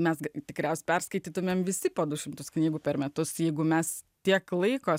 mes tikriausiai perskaitytumėm visi po du šimtus knygų per metus jeigu mes tiek laiko